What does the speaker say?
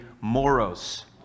moros